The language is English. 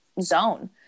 zone